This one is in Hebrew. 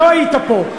לא היית פה.